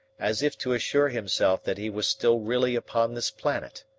as if to assure himself that he was still really upon this planet.